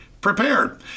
prepared